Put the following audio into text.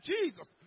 Jesus